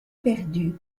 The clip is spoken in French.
perdue